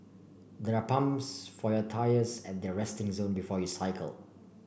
there are pumps for your tyres at the resting zone before you cycle